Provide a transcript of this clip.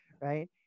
right